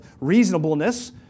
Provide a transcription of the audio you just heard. reasonableness